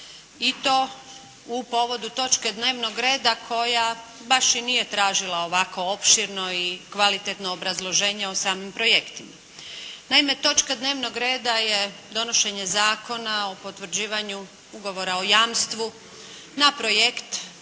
i to u povodu točke dnevnog reda koja baš i nije tražila ovako opširno i kvalitetno obrazloženje o samim projektima. Naime točka dnevnog reda je donošenje Zakona o potvrđivanju Ugovora o jamstvu na projekt